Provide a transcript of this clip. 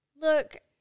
Look